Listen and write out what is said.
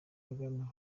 kagame